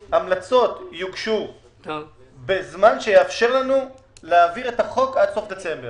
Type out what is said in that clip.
ההמלצות יוגש בזמן שיאפשר לנו להעביר את החוק עד סוף דצמבר